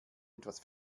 etwas